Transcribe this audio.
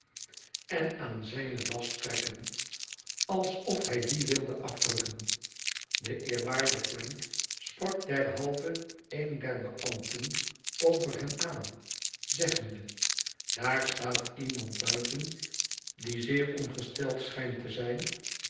en aan zijne das trekken alsof hij die wilde afrukken de eerwaarde frank sprak derhalve een der beambten over hem aan zeggende daar staat iemand buiten die zeer ongesteld schijnt te zijn